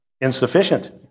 Insufficient